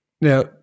Now